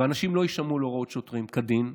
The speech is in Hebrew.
ושאנשים לא יישמעו להוראות שוטרים כדין,